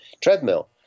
treadmill